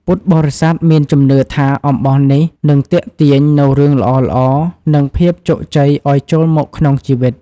ពុទ្ធបរិស័ទមានជំនឿថាអំបោះនេះនឹងទាក់ទាញនូវរឿងល្អៗ និងភាពជោគជ័យឲ្យចូលមកក្នុងជីវិត។